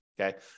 Okay